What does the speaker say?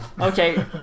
Okay